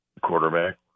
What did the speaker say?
Quarterback